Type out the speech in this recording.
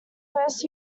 first